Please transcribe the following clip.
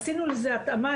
עשינו לזה התאמה,